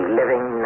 living